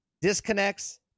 Disconnects